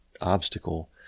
obstacle